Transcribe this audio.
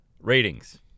ratings